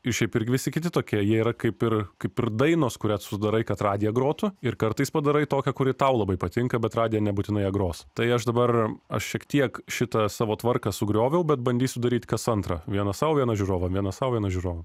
ir šiaip irgi visi kiti tokie jie yra kaip ir kaip ir dainos kurias tu darai kad radia grotų ir kartais padarai tokią kuri tau labai patinka bet radija nebūtinai ją gros tai aš dabar aš šiek tiek šitą savo tvarką sugrioviau bet bandysiu daryt kas antrą vieną sau vieną žiūrovam vieną saują vieną žiūrovam